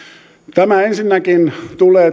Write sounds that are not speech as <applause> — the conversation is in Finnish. tämä vähennys ensinnäkin tulee <unintelligible>